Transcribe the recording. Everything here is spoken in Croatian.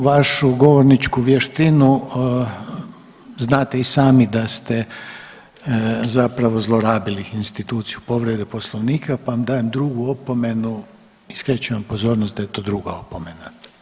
Ovaj uz svu vašu govorničku vještinu znate i sami da ste zapravo zlorabili instituciju povrede Poslovnika, pa vam dajem drugu opomenu i skrećem vam pozornost da je to druga opomena.